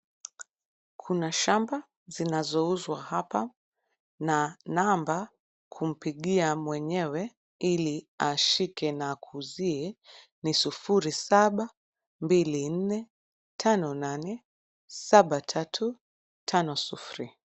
Kuna shamba zinazouzwa hapa na namba kumpigia mwenyewe ili ashike na akuuzie ni sufuri saba mbili nne tano nane saba tatu tano sufuri.